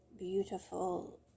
beautiful